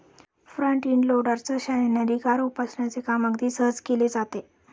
front end लोडरच्या सहाय्याने ढिगारा उपसण्याचे काम अगदी सहज केले जाते